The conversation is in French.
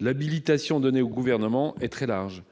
l'habilitation donnée au Gouvernement se révèle très large.